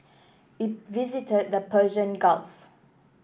we visited the Persian Gulf